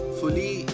fully